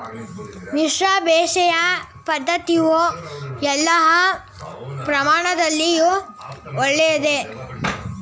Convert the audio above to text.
ಮಿಶ್ರ ಬೇಸಾಯ ಪದ್ದತಿಯು ಎಲ್ಲಾ ಹವಾಮಾನದಲ್ಲಿಯೂ ಒಳ್ಳೆಯದೇ?